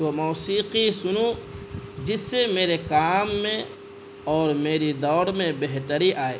تو موسیقی سنوں جس سے میرے کام میں اور میری دوڑ میں بہتری آئے